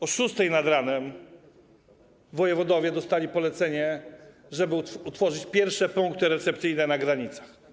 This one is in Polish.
O godz. 6 nad ranem wojewodowie dostali polecenie, żeby utworzyć pierwsze punkty recepcyjne na granicach.